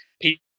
people